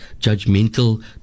judgmental